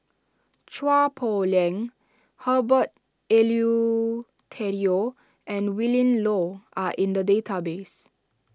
Chua Poh Leng Herbert Eleuterio and Willin Low are in the database